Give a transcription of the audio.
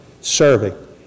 serving